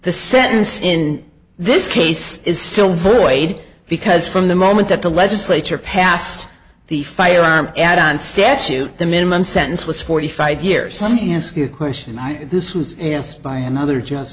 the sentence in this case is still voided because from the moment that the legislature passed the firearm add on statute the minimum sentence was forty five years and your question i this whose yes by another just